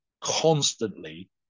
constantly